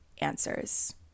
answers